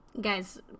Guys